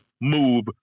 move